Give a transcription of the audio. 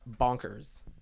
bonkers